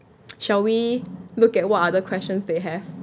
shall we look at what other questions they have